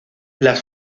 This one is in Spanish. las